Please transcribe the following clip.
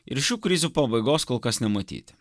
ir šių krizių pabaigos kol kas nematyti